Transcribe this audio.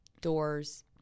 doors